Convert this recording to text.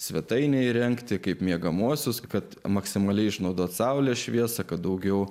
svetainėje įrengti kaip miegamuosius kad maksimaliai išnaudoti saulės šviesą kad daugiau